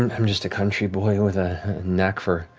and i'm just a country boy with a knack for